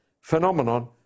phenomenon